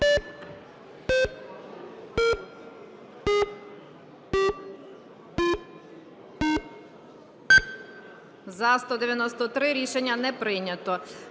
За-213 Рішення не прийнято.